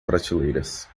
prateleiras